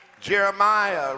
Jeremiah